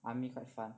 army quite fun